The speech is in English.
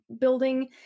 building